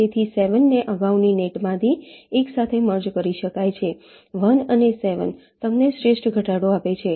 તેથી 7 ને અગાઉની નેટમાંથી એક સાથે મર્જ કરી શકાય છે અને 1 અને 7 તમને શ્રેષ્ઠ ઘટાડો આપે છે